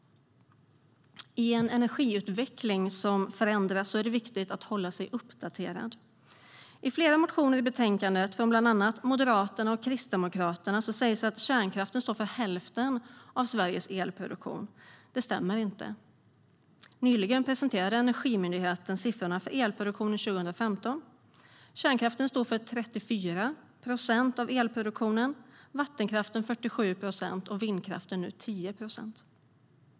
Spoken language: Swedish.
I en energiutveckling som förändras är det viktigt att hålla sig uppdaterad. I flera motioner från bland annat Moderaterna och Kristdemokraterna sägs att kärnkraften står för hälften av Sveriges elproduktion. Det stämmer inte. Nyligen presenterade Energimyndigheten siffrorna för elproduktionen 2015. Kärnkraften står för 34 procent av elproduktionen, vattenkraften för 47 procent, och vindkraften är nu uppe i 10 procent.